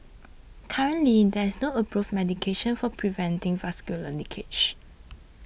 currently there is no approved medication for preventing vascular leakage